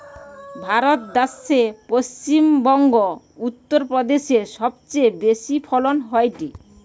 ভারত দ্যাশে পশ্চিম বংগো, উত্তর প্রদেশে সবচেয়ে বেশি ফলন হয়টে